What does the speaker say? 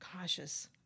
cautious